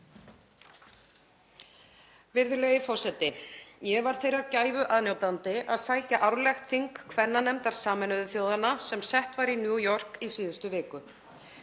Virðulegi forseti. Ég varð þeirrar gæfu aðnjótandi að sækja árlegt þing kvennanefndar Sameinuðu þjóðanna sem sett var í New York í síðustu viku.